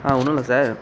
ஆ ஒன்றும் இல்லை சார்